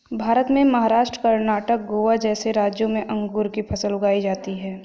भारत में महाराष्ट्र, कर्णाटक, गोवा जैसे राज्यों में अंगूर की फसल उगाई जाती हैं